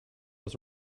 was